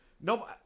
no